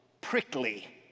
prickly